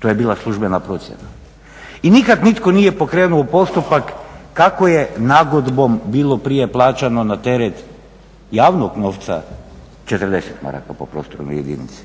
to je bila službena procjena. I nikad nitko nije pokrenuo postupak kako je nagodbom bilo prije plaćano na tret javnog novca 40 maraka po prostornoj jedinici